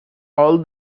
all